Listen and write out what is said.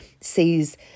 sees